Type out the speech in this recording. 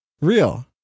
Real